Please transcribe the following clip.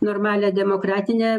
normalią demokratinę